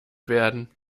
werden